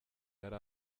yari